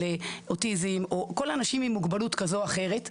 אוטיזם או אנשים עם מוגבלות כזו או אחרת,